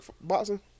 boxing